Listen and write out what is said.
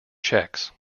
checks